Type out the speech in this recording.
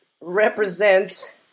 represents